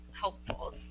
helpful